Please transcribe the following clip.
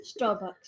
starbucks